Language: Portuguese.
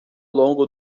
longo